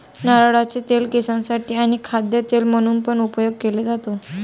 नारळाचे तेल केसांसाठी आणी खाद्य तेल म्हणून पण उपयोग केले जातो